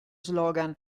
slogan